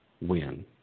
win